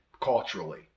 culturally